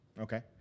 Okay